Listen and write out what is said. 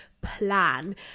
plan